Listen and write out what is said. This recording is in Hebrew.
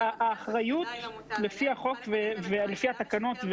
האחריות לפי החוק ולפי התקנות,